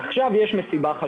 עכשיו יש מסיבה,